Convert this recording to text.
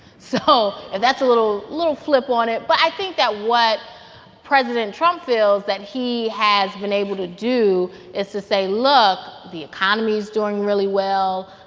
so and that's a little flip on it. but i think that what president trump feels that he has been able to do is to say, look. the economy's doing really well.